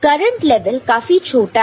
current level काफी छोटा है